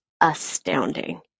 astounding